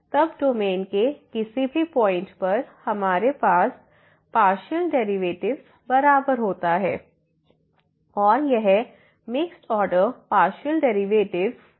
तब डोमेन के किसी भी पॉइंट पर हमारे पास पार्शियल डेरिवेटिव्स बराबर होता हैं और यह मिक्स्ड ऑर्डर पार्शियल डेरिवेटिव्स में भी बराबर होते हैं